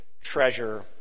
treasure